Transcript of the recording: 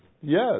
Yes